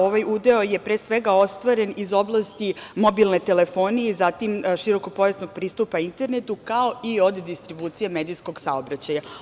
Ovaj udeo je pre svega, ostvaren iz oblasti mobilne telefonije, zatim, širokopojasnog pristupa internetu, kao i od distribucije medijskog saobraćaja.